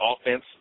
offense